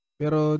pero